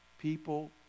people